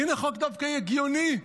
הינה, דווקא חוק הגיוני,